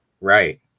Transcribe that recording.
right